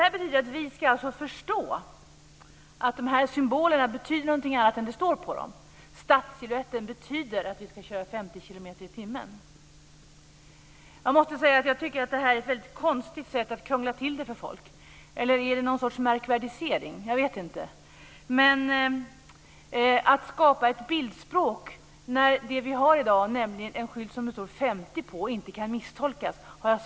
Vi ska tydligen förstå att symbolerna betyder något annat än det som står på skyltarna. Stadssilhuetten betyder alltså att vi ska köra 50 kilometer i timmen. Jag måste säga att jag tycker att det är ett konstigt sätt att krångla till det för folk. Eller är det en sorts "märkvärdisering"? Jag vet inte. Jag har svårt att förstå vitsen med att skapa ett bildspråk när den 50 skylt som vi i dag har inte kan misstolkas.